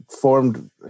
Formed